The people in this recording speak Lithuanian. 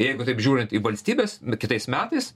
jeigu taip žiūrint į valstybės be kitais metais